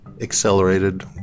accelerated